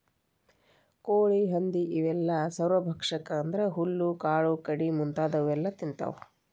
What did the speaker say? ಕೋಳಿ ಹಂದಿ ಇವೆಲ್ಲ ಸರ್ವಭಕ್ಷಕ ಅಂದ್ರ ಹುಲ್ಲು ಕಾಳು ಕಡಿ ಮುಂತಾದವನ್ನೆಲ ತಿಂತಾವ